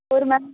ਹੋਰ ਮੈਮ